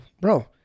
bro